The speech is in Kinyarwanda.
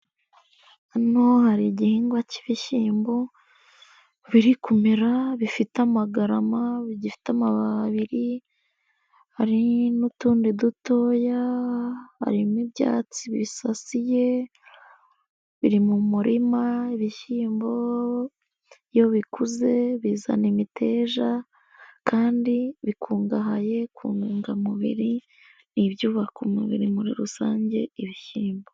Hano hari igihingwa cy'ibishyimbo, biri kumera bifite amagarama, bigifite amababi abiri, hari n'utundi dutoya harimo ibyatsi bisasiye, biri mu murima, ibishyimbo iyo bikuze bizana imiteja kandi bikungahaye ku ntungamubiri n'ibyubaka umubiri muri rusange, ibishyimbo.